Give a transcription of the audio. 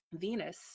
Venus